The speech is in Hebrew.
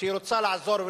שהיא רוצה לעזור ולשנות,